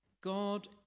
God